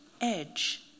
edge